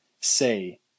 say